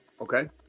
Okay